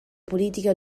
politica